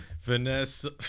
Vanessa